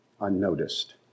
unnoticed